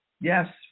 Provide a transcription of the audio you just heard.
Yes